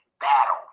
battle